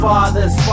Fathers